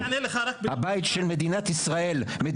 הבית של מדינת ישראל.